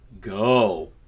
go